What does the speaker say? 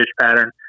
pattern